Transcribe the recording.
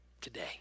today